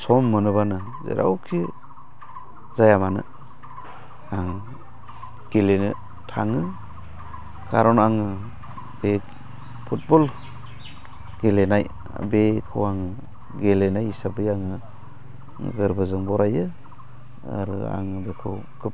सम मोनोब्लानो जेरावखि जायामानो आं गेलेनो थाङो खारन आङो बे फुटबल गेलेनाय बेखौ आङो गेलेनाय हिसाबै आङो गोरबोजों बरायो आरो आङो बेखौ खोब